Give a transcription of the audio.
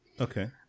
okay